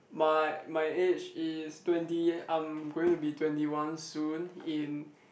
my my age is twenty I'm going to be twenty one soon in